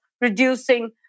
reducing